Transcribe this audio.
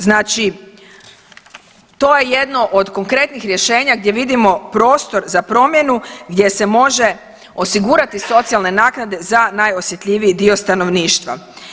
Znači to je jedno od konkretnih rješenja gdje vidimo prostor za promjenu gdje se može osigurati socijalne naknade za najosjetljiviji dio stanovništva.